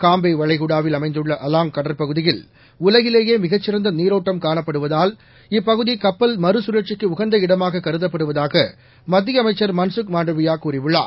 காம்பே வளைகுடாவில் அமைந்துள்ள அலாங் கடற்பகுதியில் உலகிலேயே மிகச் சிறந்த நீரோட்டம் காணப்படுவதால் இப்பகுதி கப்பல் மறுசுழற்சிக்கு உகந்த இடமாகக் கருதப்படுவதாக மத்திய ச்அமைச்சர் மன்சுக் மண்டாவியா கூறியுள்ளார்